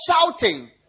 shouting